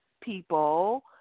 people